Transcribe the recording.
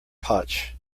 potch